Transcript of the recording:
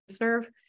nerve